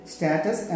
Status